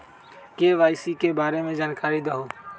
KYC के बारे में जानकारी दहु?